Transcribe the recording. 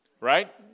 Right